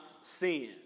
sin